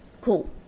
cool